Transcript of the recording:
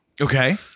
Okay